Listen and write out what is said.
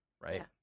right